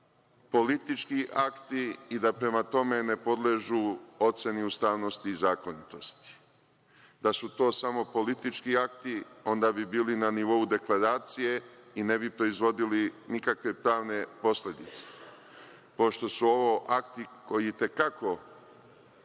politički akti i da prema tome ne podležu oceni ustavnosti i zakonitosti? Da su to samo politički akti, onda bi bili na nivou deklaracije i ne bi proizvodili nikakve pravne posledice. Pošto su ovo akti koji i te kako